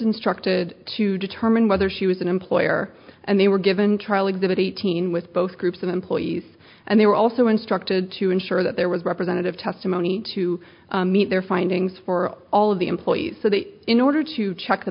instructed to determine whether she was an employer and they were given trial exhibit eighteen with both groups of employees and they were also instructed to ensure that there was representative testimony to meet their findings for all of the employees so that in order to check the